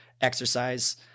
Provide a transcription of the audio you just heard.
exercise